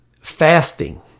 fasting